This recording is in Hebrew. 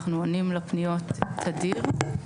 אנחנו עונים לפניות תדיר.